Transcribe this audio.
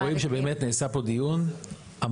אנחנו רואים שבאמת נעשה פה דיון עמוק.